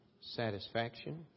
satisfaction